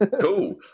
Cool